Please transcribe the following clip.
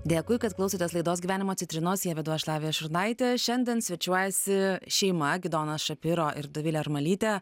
dėkui kad klausotės laidos gyvenimo citrinos ją vedu aš lavija šurnaitė šiandien svečiuojasi šeima gidonas šapiro ir dovilė armalytė